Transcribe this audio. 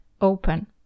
open